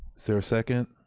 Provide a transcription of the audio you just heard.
is there a second?